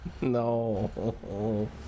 No